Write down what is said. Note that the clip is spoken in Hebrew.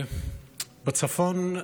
בצפון,